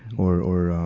or, or,